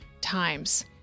times